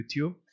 YouTube